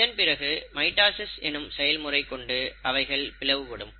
இதன்பிறகு மைட்டாசிஸ் எனும் செயல்முறை கொண்டு அவைகள் பிளவுபடும்